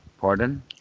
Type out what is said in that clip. Pardon